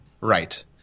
Right